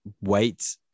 wait